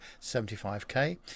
75k